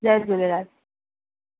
Jay Jhulelal